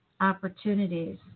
opportunities